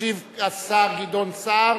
ישיב השר גדעון סער,